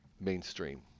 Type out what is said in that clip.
mainstream